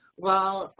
well,